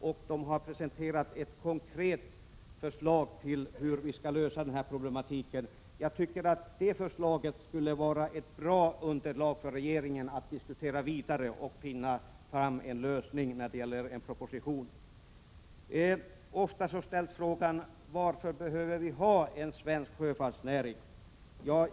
TCO har presenterat ett konkret förslag till hur problematiken skall lösas. Det förslaget borde kunna vara ett bra underlag för regeringen i diskussionerna för att finna en lösning och lägga fram en proposition. Ofta ställs frågan: Varför behöver vi ha en svensk sjöfartsnäring?